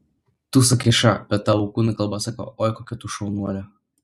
tu sakai ša bet tavo kūno kalba sako oi kokia tu šaunuolė